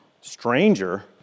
stranger